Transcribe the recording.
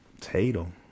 Tatum